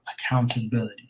accountability